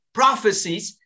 prophecies